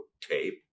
tape